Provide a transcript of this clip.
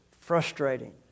frustrating